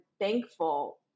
thankful